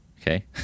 Okay